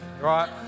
Right